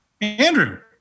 Andrew